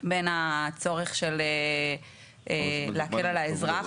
בין הצורך של להקל על האזרח,